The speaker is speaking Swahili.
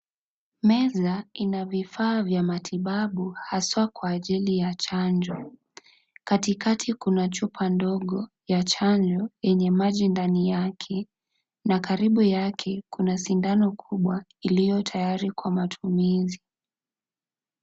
Meza ina vifaa vya matibabu haswa Kwa ajili ya chanjo , katikati kuna chupa ndogo ya chanjo yenye maji ndani yake na karibu yake kuna sindano kubwa iliyo tayarinkwa matumizi.